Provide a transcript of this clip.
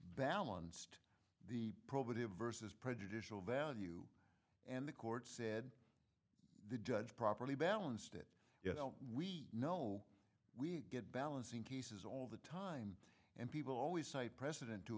balanced the probative versus prejudicial value and the court said the judge properly balanced it you know we know we get balancing cases all the time and people always cite precedent to